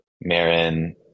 Marin